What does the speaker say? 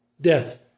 death